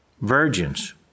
virgins